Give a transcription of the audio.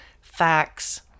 facts